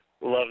love